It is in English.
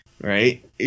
right